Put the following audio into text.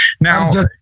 Now